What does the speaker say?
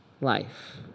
life